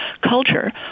culture